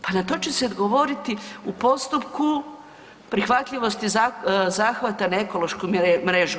Pa na to će se odgovoriti u postupku prihvatljivosti zahvata na ekološku mrežu.